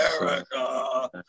America